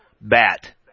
bat